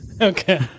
Okay